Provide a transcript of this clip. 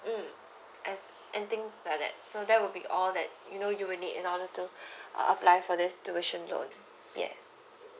mm and any things like that so that would be all that you know you will need in order to uh apply for this tuition loan yes